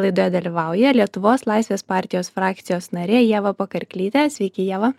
laidoje dalyvauja lietuvos laisvės partijos frakcijos narė ieva pakarklytė sveiki ieva